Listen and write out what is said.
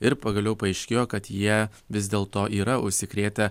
ir pagaliau paaiškėjo kad jie vis dėlto yra užsikrėtę